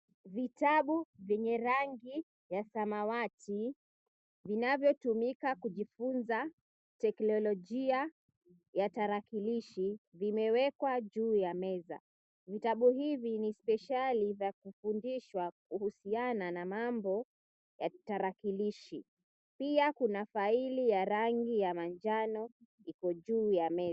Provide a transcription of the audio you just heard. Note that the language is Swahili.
Vitabu vyenye rangi ya samawati vinavyotumika kujifunza teknologia ya tarakilishi vimewekwa juu ya meza. Vitabu hivi ni spesheli za kufundishwa kuhusiana na mambo ya tarakilishi. Pia kuna faili ya rangi ya manjano iko juu ya meza.